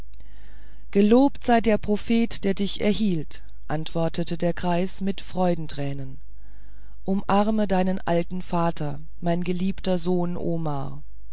gelobt sei der prophet der dich erhielt antwortete der greis mit freudentränen umarme deinen alten vater mein geliebter sohn omar